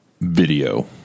Video